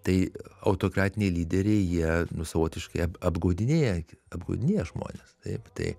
tai autokratiniai lyderiai jie savotiškai ap apgaudinėja apgaudinėja žmonės taip tai